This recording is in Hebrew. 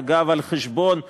ואגב על חשבון,